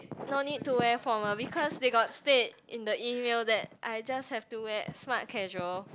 no need to wear formal because they got state in the email that I just have to wear smart casual